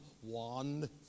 one